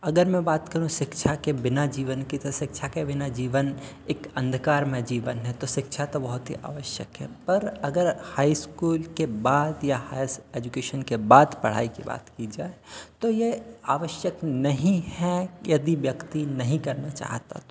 अगर मैं बात करूं शिक्षा के बिना जीवन की तो शिक्षा के बिना जीवन एक अन्धकारमय जीवन है तो शिक्षा तो बहुत ही आवश्यक है पर अगर हाई स्कूल के बाद या हाईयर एजुकेशन के बाद पढ़ाई के बात की जाए तो यह आवश्यक नहीं है यदि व्यक्ति नहीं करना चाहता तो